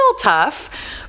tough